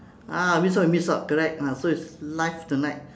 ah means what we miss out miss out correct ah so it's live tonight